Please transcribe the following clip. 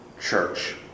church